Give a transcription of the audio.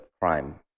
crime